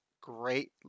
great